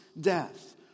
death